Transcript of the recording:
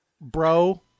bro